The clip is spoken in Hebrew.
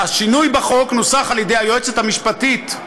השינוי בחוק נוסח על-ידי היועצת המשפטית.